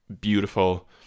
beautiful